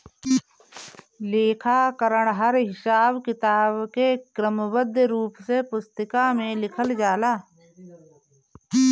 लेखाकरण हर हिसाब किताब के क्रमबद्ध रूप से पुस्तिका में लिखल जाला